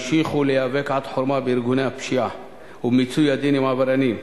ימשיכו להיאבק עד חורמה בארגוני הפשיעה ולמיצוי הדין עם העבריינים.